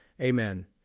amen